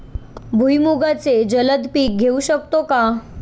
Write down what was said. भुईमुगाचे जलद पीक घेऊ शकतो का?